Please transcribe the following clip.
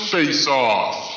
Face-Off